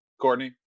Courtney